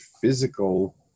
physical